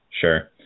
Sure